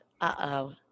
uh-oh